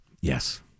Yes